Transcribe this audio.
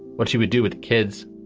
what she would do with kids,